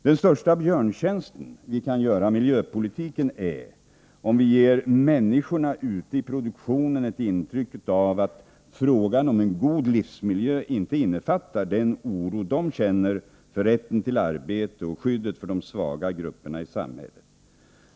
Den största björntjänst vi kan göra miljöpolitiken vore om vi gav människorna ute i produktionen ett intryck av att frågan om en god livsmiljö inte innefattar den oro de känner för rätten till arbete och skyddet för de svaga grupperna i samhället.